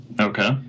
Okay